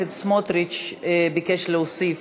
חבר הכנסת סמוטריץ ביקש להוסיף